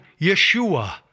Yeshua